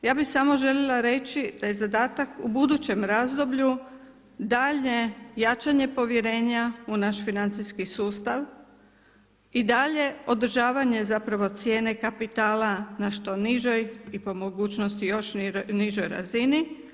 Ja bih samo željela reći da je zadatak u budućem razdoblju daljnje jačanje povjerenja u naš financijski sustav i dalje održavanje zapravo cijene kapitala na što nižoj i po mogućnosti još nižoj razini.